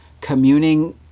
communing